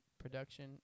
production